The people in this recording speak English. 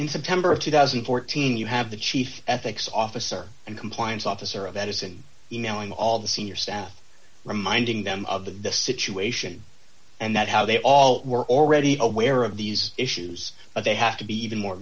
in september of two thousand and fourteen you have the chief ethics officer and compliance officer of that isn't going all the senior staff reminding them of the situation and that how they all were already aware of these issues but they have to be even more